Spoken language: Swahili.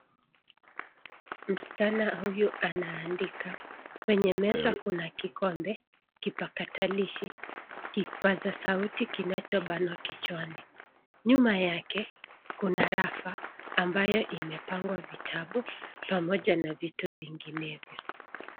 Msichana huyu anaandika kwenye meza kuna kikombe kipakatilishi kipasa sauti kinachobanwa kichwani nyuma yake kuna rafa ambayo imepangwa vitabu pamoja na vitu vinginevyo